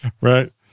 Right